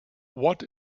what